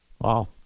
Wow